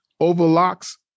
overlocks